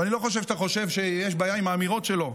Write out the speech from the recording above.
ואני לא חושב שאתה חושב שיש בעיה עם האמירות שלו.